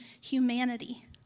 humanity